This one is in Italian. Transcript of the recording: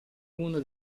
uno